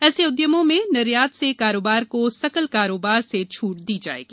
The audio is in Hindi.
ऐसे उद्यमों में निर्यात से कारोबार को सकल कारोबार से छूट दी जाएगी